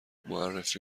معرفی